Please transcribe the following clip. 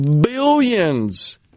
billions